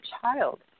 child